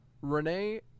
Renee